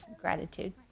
gratitude